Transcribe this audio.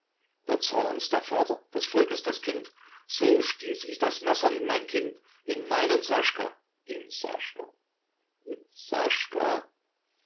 der zar ist der vater das volk ist das kind so stieß ich das messer in mein kind in meinen saschka in saschka in